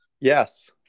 Yes